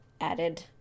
added